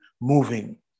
moving